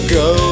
go